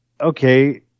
okay